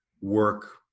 work